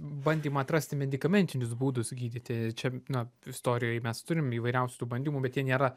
bandymą atrasti medikamentinius būdus gydyti čia na istorijoj mes turim įvairiausių tų bandymų bet jie nėra